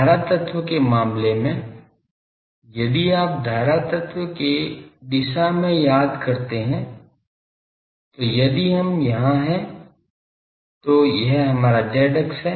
धारा तत्व के मामले में यदि आप धारा तत्व के दिशा में याद करते हैं तो यदि हम यहाँ हैं तो यह हमारा z अक्ष है